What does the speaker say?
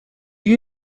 you